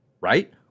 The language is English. right